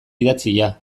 idatzia